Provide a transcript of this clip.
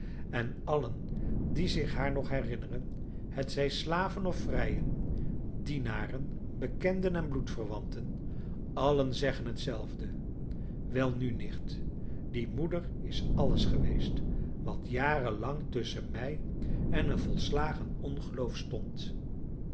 en allen die zich haar nog herinneren hetzij slaven of vrijen dienaren bekenden en bloedverwanten allen zeggen hetzelfde welnu nicht die moeder is alles geweest wat jarenlang tusschen mij en een volslagen ongeloof stond